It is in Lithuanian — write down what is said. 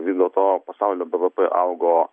vis dėlto pasaulio bvp augo